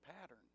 pattern